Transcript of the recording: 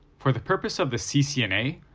for the purpose of the ccna,